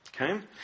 Okay